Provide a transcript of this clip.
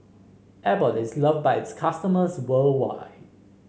Abbott is loved by its customers worldwide